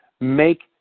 make